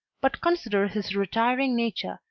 but consider his retiring nature,